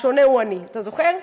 השונה הוא אני, אתה זוכר?